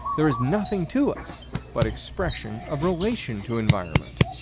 there is nothing to us but expression of relation to environment.